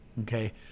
okay